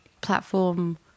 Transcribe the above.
Platform